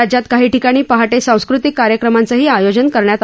राज्यात काही ठिकाणी पहाटे सांस्कृतिक कार्यक्रमांचही आयोजन करण्यात आलं होतं